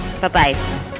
Bye-bye